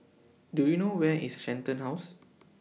Do YOU know Where IS Shenton House